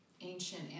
ancient